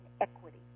equity